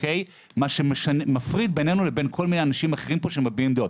מה שמפריד בינינו לבין כל מיני אנשים פה שמביעים דעות,